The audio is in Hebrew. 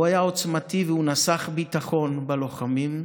הוא היה עוצמתי והוא נסך ביטחון בלוחמים.